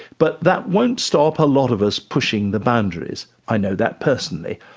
but that won't stop a lot of us pushing the boundaries. i know that personally.